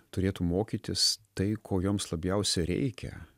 turėtų mokytis tai ko joms labiausiai reikia